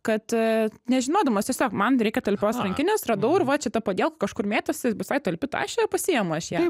kad nežinodamas tiesiog man reikia talpios rankinės radau ir va čia ta padielka kažkur mėtosi visai talpi tašė pasiimu aš ją